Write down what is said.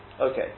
Okay